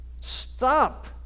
Stop